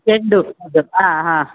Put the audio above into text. ಚೆಂಡು ಹೂ ಅದು ಹಾಂ ಹಾಂ